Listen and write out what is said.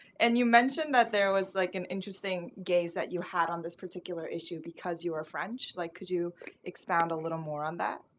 and you mention that there was like an interesting gaze that you had on this particular issue, because you are french. like, could you expound a little more on that?